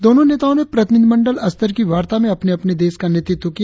दोनो नेताओ ने प्रतिनिधिमंडल स्तर की वार्ता में अपने अपने देश का नेतृत्व किया